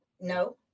No